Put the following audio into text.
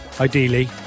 ideally